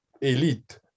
elite